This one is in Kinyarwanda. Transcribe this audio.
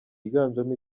yiganjemo